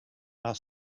while